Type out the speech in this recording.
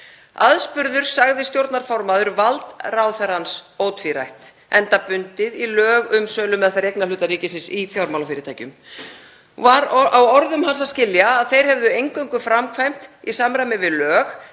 Aðspurður sagði stjórnarformaður vald ráðherrans ótvírætt enda bundið í lög um sölumeðferð eignarhluta ríkisins í fjármálafyrirtækjum. Var á orðum hans að skilja að þeir hefðu eingöngu framkvæmt í samræmi við lög,